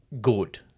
good